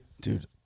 Dude